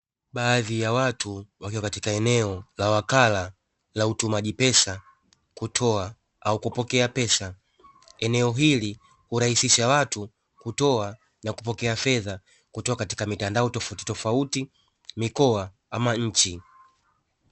Baadhi ya watu wakiwa katika eneo la wakala la utumaji pesa kutoa au kupokea pesa, eneo hili hurahisisha watu kutoa na kupokea fedha kutoka katika mitandao tofauti tofauti, mikoa ama nchi.